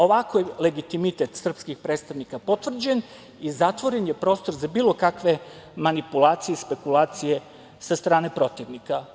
Ovako je legitimitet srpskih predstavnika potvrđen i zatvoren je prostor za bilo kakve manipulacije i spekulacije sa strane protivnika.